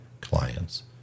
clients